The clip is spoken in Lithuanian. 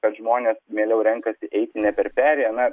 kad žmonės mieliau renkasi eiti ne per perėją na